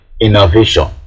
innovation